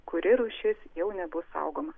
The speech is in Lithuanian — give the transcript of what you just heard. kuri rūšis jau nebus saugoma